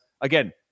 again